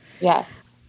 Yes